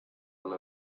one